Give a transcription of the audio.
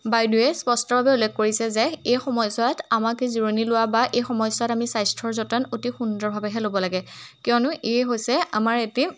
বাইদেউৱে স্পষ্টভাবে উল্লেখ কৰিছে যে এই সময়ছোৱাত আমাক জিৰণী লোৱা বা এই সময়ছোৱাত আমি স্বাস্থ্যৰ যতন অতি সুন্দৰভাৱেহে ল'ব লাগে কিয়নো ইয়ে হৈছে আমাৰ এটি